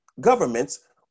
governments